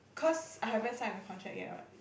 cause I haven't sign the contract yet [what]